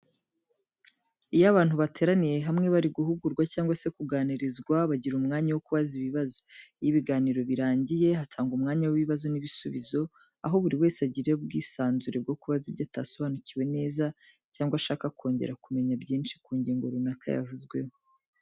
Iyo abantu bateraniye hamwe bari guhugurwa cyangwa se kuganirizwa, bagira umwanya wo kubaza ibibazo. Iyo ibiganiro birangiye, hatangwa umwanya w'ibibazo n'ibisubizo, aho buri wese agira ubwisanzure bwo kubaza ibyo atasobanukiwe neza, cyangwa ashaka kongera kumenya byinshi ku ngingo runaka yavuzweho.